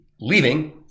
leaving